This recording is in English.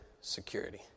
security